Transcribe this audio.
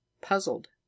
puzzled